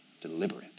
deliberate